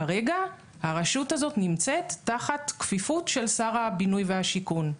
כרגע הרשות הזאת נמצאת תחת כפיפות של שר הבינוי והשיכון,